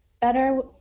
better